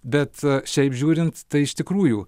bet šiaip žiūrint tai iš tikrųjų